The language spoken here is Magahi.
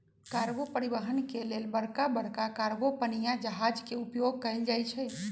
कार्गो परिवहन के लेल बड़का बड़का कार्गो पनिया जहाज के उपयोग कएल जाइ छइ